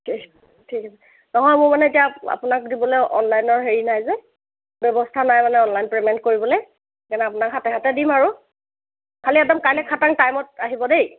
ঠিক ঠিক আছে নহয় মোৰ মানে এতিয়া আপোনাক দিবলৈ অনলাইনৰ হেৰি নাই যে ব্যৱস্থা নাই মানে অনলাইন পেমেণ্ট কৰিবলৈ সেইকাৰণে আপোনাক হাতে হাতে দিম আৰু খালি একদম কাইলৈ খাটাং টাইমত আহিব দেই